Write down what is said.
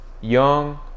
young